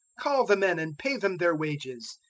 call the men and pay them their wages.